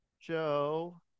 Joe